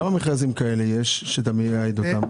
כמה מכרזים כאלה יש שאתה מייעד אותם?